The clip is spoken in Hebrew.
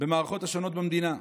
במערכות השונות במדינה.